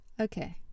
Okay